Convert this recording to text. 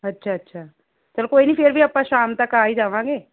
ਅੱਛਾ ਅੱਛਾ ਚੱਲ ਕੋਈ ਨਹੀਂ ਫਿਰ ਵੀ ਆਪਾਂ ਸ਼ਾਮ ਤੱਕ ਆ ਹੀ ਜਾਵਾਂਗੇ